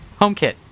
HomeKit